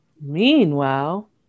meanwhile